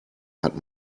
hat